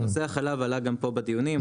נושא החלב גם עלה פה בדיונים.